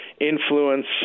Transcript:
influence